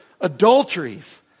Adulteries